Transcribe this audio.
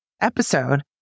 episode